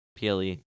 ple